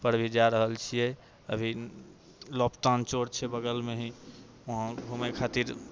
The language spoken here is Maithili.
पर भी जा रहल छियै अभी छै बगलमे ही वहाँ घुमै खातिर